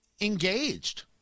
engaged